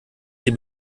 die